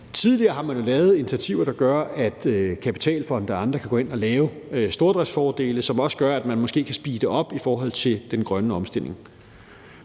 Tidligere har man jo lavet initiativer, der gør, at kapitalfonde og andre kan gå ind og lave stordriftsfordele, hvilket også gør, at man måske kan speede op i forhold til den grønne omstilling.